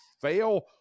fail